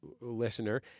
listener